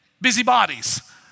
busybodies